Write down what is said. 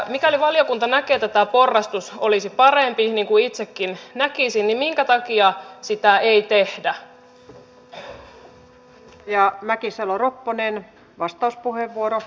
mikäli valiokunta näkee että tämä porrastus olisi parempi niin kuin itsekin näkisin niin minkä takia sitä ei tehdä